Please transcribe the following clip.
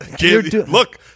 Look